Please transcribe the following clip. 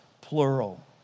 plural